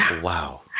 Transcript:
Wow